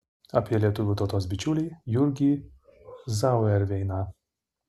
apie lietuvių tautos bičiulį jurgį zauerveiną